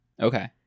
okay